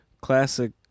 Classic